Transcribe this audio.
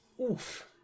Oof